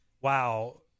wow